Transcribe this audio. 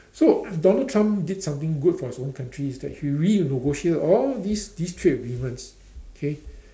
so Donald-Trump did something good for his own country is that he renegotiated all these these trade agreements